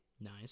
nice